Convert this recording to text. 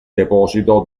deposito